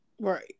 Right